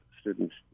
students